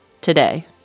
today